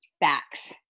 Facts